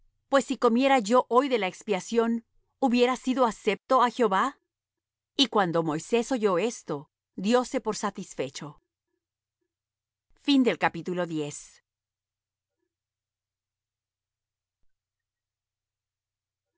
pues si comiera yo hoy de la expiación hubiera sido acepto á jehová y cuando moisés oyó esto dióse por satisfecho y